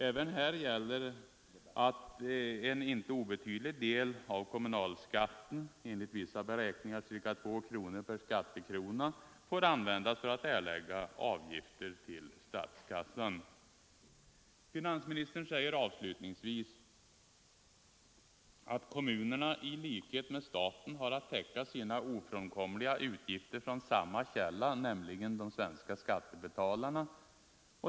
Även här gäller att en inte obetydlig del av kommunalskatten — enligt vissa beräkningar ca 2 kronor per skattekrona — får användas för att erlägga avgifter till statskassan. Finansministern säger avslutningsvis att kommunerna och staten har att täcka sina ofrånkomliga utgifter från samma källa, nämligen de svenska skattebetalarna.